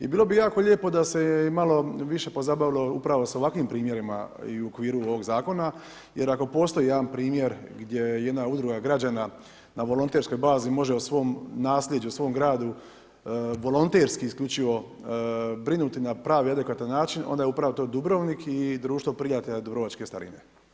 I bilo bi jako lijepo da se je i malo više pozabavilo upravo sa ovakvim primjerima i u okviru ovoga zakona jer ako postoji jedan primjer gdje jedna udruga građana na volonterskoj bazi može o svom nasljeđu, svom gradu, volonterski isključivo brinuti na pravi i adekvatan način onda je upravo to Dubrovnik i Društvo prijatelja dubrovačke starine.